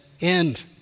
end